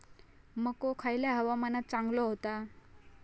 मको खयल्या हवामानात चांगलो होता?